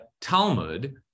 Talmud